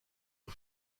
aux